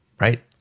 Right